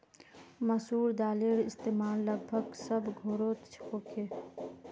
मसूर दालेर इस्तेमाल लगभग सब घोरोत होछे